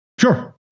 Sure